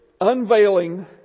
unveiling